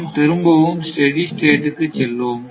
நாம் திரும்பவும் steady state க்கு செல்வோம்